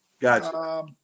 Gotcha